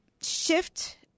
shift